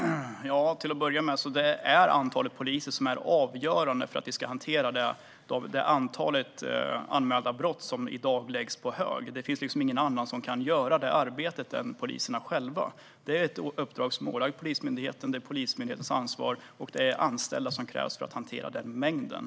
Herr talman! Till att börja med: Det är antalet poliser som är avgörande för att det ska gå att hantera de anmälda brott som i dag läggs på hög. Det finns liksom ingen annan som kan göra det arbetet än poliserna själva. Det är ett uppdrag som är ålagt Polismyndigheten. Det är Polismyndighetens ansvar, och det är fler anställda som krävs för att hantera den mängden.